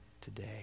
today